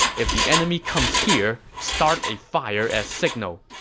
if the enemy comes here, start a fire as signal.